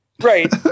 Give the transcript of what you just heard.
Right